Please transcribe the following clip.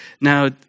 now